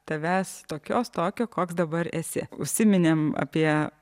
tavęs tokios tokio koks dabar esi užsiminėm apie